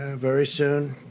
ah very soon.